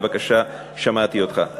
בבקשה, שמעתי אותך.